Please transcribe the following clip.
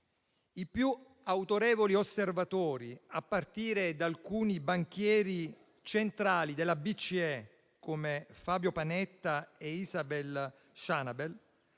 i più autorevoli osservatori, a partire da alcuni banchieri centrali della BCE come Fabio Panetta e Isabel Schnabel,